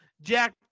jack